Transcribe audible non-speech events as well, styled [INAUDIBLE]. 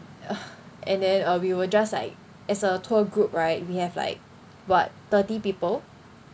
[NOISE] and then uh we will just like as a tour group right we have like what thirty people